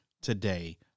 today